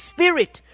Spirit